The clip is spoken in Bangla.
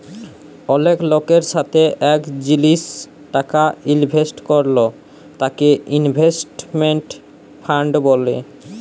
অলেক লকের সাথে এক জিলিসে টাকা ইলভেস্ট করল তাকে ইনভেস্টমেন্ট ফান্ড ব্যলে